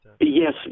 yes